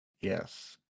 Yes